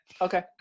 Okay